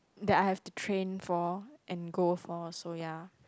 that I have to train for and go for also ya